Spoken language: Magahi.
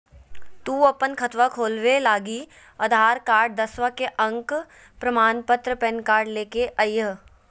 तू अपन खतवा खोलवे लागी आधार कार्ड, दसवां के अक प्रमाण पत्र, पैन कार्ड ले के अइह